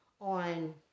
on